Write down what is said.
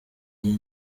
jye